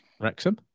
Wrexham